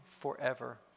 forever